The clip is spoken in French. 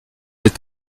est